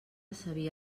sabia